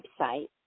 website